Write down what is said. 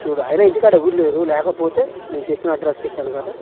చూడు అయినా ఇంటికాడ ఎవరు లేరు లేకపోతే నేను చెప్పిన అడ్రస్ చెప్పాను కదా